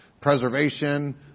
preservation